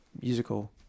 musical